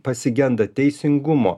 pasigenda teisingumo